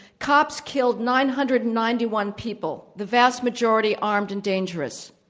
cops killed nine hundred and ninety one people the vast majority, armed and dangerous.